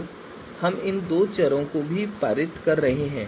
तो हम इन दो चरों को भी पारित कर रहे हैं